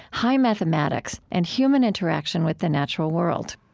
high mathematics, and human interaction with the natural world